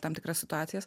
tam tikras situacijas